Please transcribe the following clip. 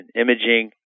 imaging